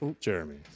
jeremy